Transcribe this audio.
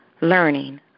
learning